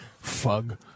Fug